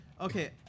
okay